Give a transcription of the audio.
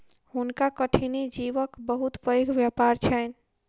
हुनका कठिनी जीवक बहुत पैघ व्यापार छैन